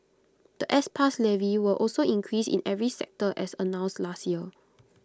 The S pass levy will also increase in every sector as announced last year